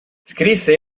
scrisse